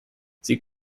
sie